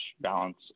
balance